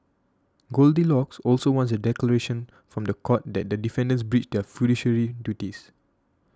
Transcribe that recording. goldilocks also wants a declaration from the court that the defendants breached their fiduciary duties